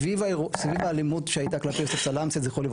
סביב האלימות שהייתה כלפי יוסף סלמסה ז"ל,